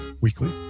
Weekly